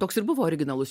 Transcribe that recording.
toks ir buvo originalus